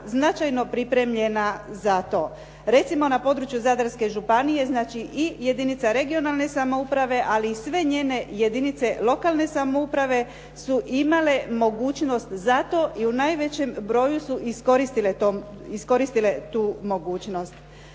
značajno pripremljena za to. Recimo na području Zadarske županije, znači i jedinica regionalne samouprave ali i sve njene jedinice lokalne samouprave su imale mogućnost za to i u najvećem broju su iskoristile tu mogućnost.